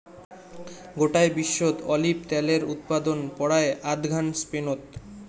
গোটায় বিশ্বত অলিভ ত্যালের উৎপাদন পরায় আধঘান স্পেনত